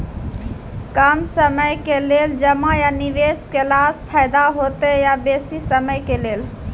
कम समय के लेल जमा या निवेश केलासॅ फायदा हेते या बेसी समय के लेल?